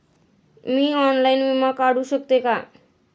मी online विमा काढू शकते का?